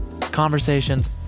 Conversations